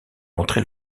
montré